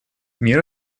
мир